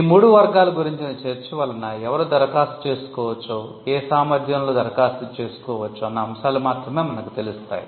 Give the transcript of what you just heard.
ఈ మూడు వర్గాలు గురించిన చర్చ వలన ఎవరు దరఖాస్తు చేసుకోవచ్చో ఏ సామర్థ్యంలో దరఖాస్తు చేసుకోవచ్చు అన్న అంశాలు మాత్రమే మనకు తెలుస్తాయి